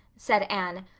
said anne,